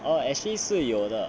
oh actually 是有的